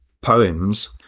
poems